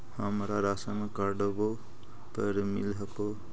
हमरा राशनकार्डवो पर मिल हको?